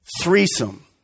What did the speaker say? Threesome